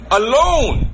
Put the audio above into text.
alone